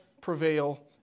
prevail